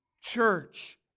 Church